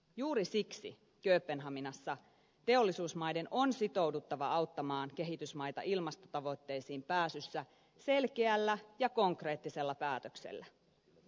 juuri siksi kööpenhaminassa teollisuusmaiden on sitouduttava auttamaan kehitysmaita ilmastotavoitteisiin pääsyssä selkeällä ja konkreettisella päätöksellä